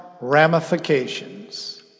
ramifications